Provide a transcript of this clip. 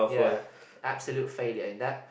ya absolute failure in that